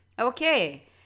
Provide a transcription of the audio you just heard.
Okay